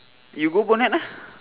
you go bonnet lah